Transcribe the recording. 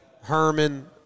Herman